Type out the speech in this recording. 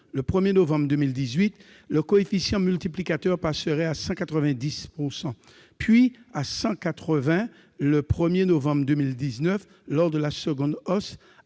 le 1 novembre 2018 le coefficient multiplicateur passerait à 190 %, puis à 180 % le 1 novembre 2019 lors de la seconde hausse